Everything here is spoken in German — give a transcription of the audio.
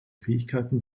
fähigkeiten